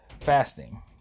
fasting